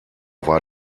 war